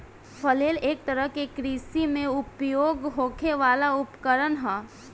flail एक तरह के कृषि में उपयोग होखे वाला उपकरण ह